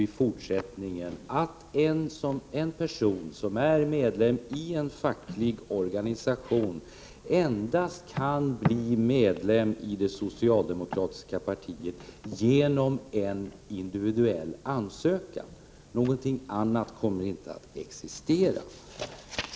I fortsättningen är det så, att en person som är medlem av en facklig organisation kan bli medlem av det socialdemokratiska partiet endast genom en individuell ansökan. Någonting annat kommer inte att existera.